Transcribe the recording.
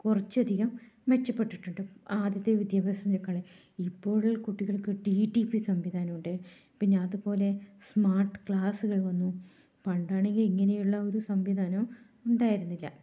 കുറച്ചധികം മെച്ചപ്പെട്ടിട്ടുണ്ട് ആദ്യത്തെ വിദ്യഭ്യാസത്തിനെക്കാളും ഇപ്പോൾ കുട്ടികള്ക്ക് ഡി റ്റി പി സംവിധാനം ഉണ്ട് പിന്നെ അതുപോലെ സ്മാര്ട്ട് ക്ലാസ്സുകള് വന്നു പണ്ടാണെങ്കിൽ ഇങ്ങനെയുള്ള ഒരു സംവിധാനവും ഉണ്ടായിരുന്നില്ല